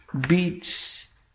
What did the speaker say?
beats